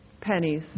pennies